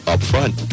Upfront